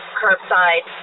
curbside